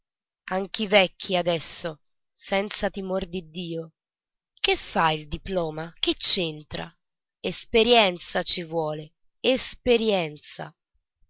anche i vecchi adesso senza timor di dio che fa il diploma che c'entra esperienza ci vuole esperienza